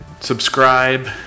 subscribe